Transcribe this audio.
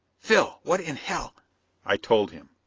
phil, what in hell i told him.